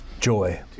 Joy